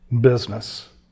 business